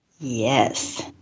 Yes